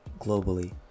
globally